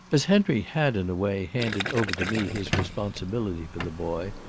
as henry had in a way handed over to me his responsibility for the boy,